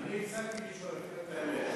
אני הפסקתי לשאול, אגיד לך את האמת.